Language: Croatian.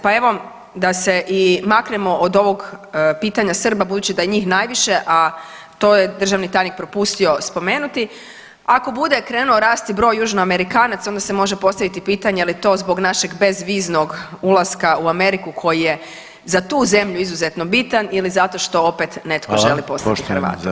Pa evo a se i maknemo od ovog pitanja Srba budući da je njih najviše, a to je državni tajnik propustio spomenuti, ako bude krenuo rasti broj Južnoamerikanaca onda se može postaviti pitanje je li zbog našeg bezviznog ulaska u Ameriku koji je za tu zemlju izuzetno bitan ili zato što opet netko [[Upadica: Hvala.]] netko želi postati Hrvat.